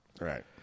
Right